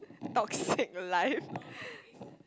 toxic life